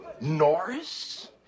Norris